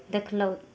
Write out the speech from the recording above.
देखलहुँ